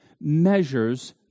measures